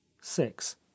six